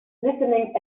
listening